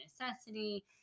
necessity